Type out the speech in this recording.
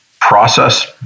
process